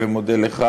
ומודה לך,